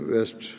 West